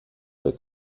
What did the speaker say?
their